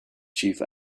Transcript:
chief